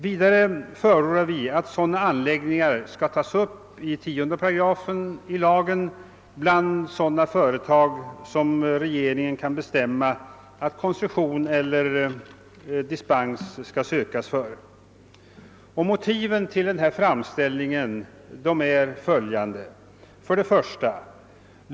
Vi förordar också att sådana anläggningar tas upp i 10 § i lagen bland sådana för vilka dispens skall sökas. Motiven till denna framställning är följande. 1.